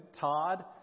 Todd